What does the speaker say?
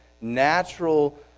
natural